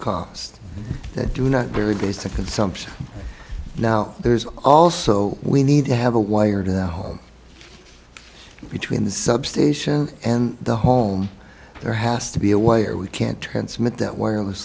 costs that do not vary based consumption now there's also we need to have a wired home between the substation and the home there has to be a way or we can't transmit that wireless